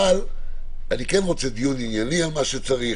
אבל אני כן רוצה דיון ענייני על מה שצריך,